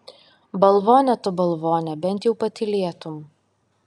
balvone tu balvone bent jau patylėtum